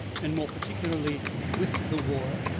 and more particularly with the war.